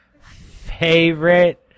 favorite